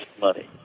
money